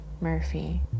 Murphy